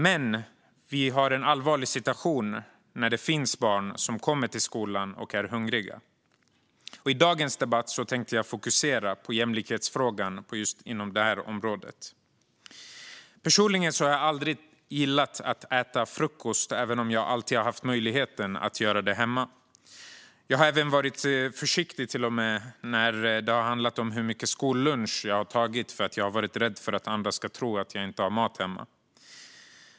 Men vi har en allvarlig situation när det finns barn som kommer till skolan hungriga. I dagens debatt tänkte jag fokusera på jämlikhetsfrågan på just det området. Personligen har jag aldrig gillat att äta frukost, men jag har alltid haft möjligheten att göra det hemma. Jag har till och med varit försiktig med hur mycket jag tagit av skollunchen för att jag varit rädd att andra ska tro att jag inte har mat hemma.